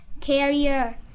Carrier